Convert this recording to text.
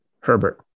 Herbert